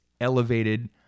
elevated